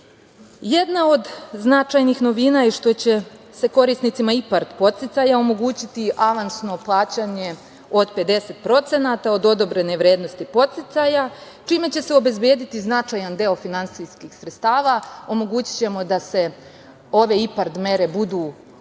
od značajnih novina je što će se korisnicima IPARD podsticaja omogućiti avansno plaćanje od 50% od odobrene vrednosti podsticaja, čime će se obezbediti značajan deo finansijskih sredstava. Omogućićemo da ove IPARD mere budu